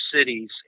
cities